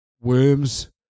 worms